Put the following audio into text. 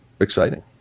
exciting